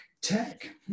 tech